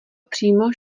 přímo